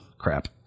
Crap